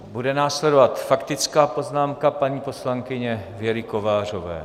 Bude následovat faktická poznámka paní poslankyně Věry Kovářové.